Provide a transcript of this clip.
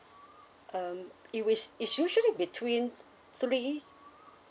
um it it's usually between three